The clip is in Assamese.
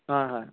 হয় হয়